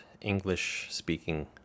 English-speaking